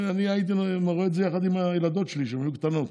אני הייתי רואה את זה יחד עם הילדות שלי כשהן היו קטנות.